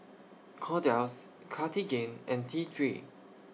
Kordel's Cartigain and T three